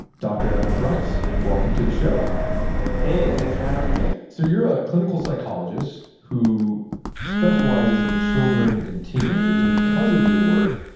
dr. adam price, welcome to the show hey. thanks for having me so you're a clinical psychologist who specializes in children and teenagers, and because of your work,